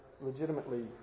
legitimately